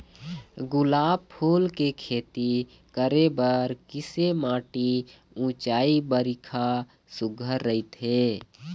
गुलाब फूल के खेती करे बर किसे माटी ऊंचाई बारिखा सुघ्घर राइथे?